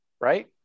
right